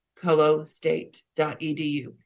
colostate.edu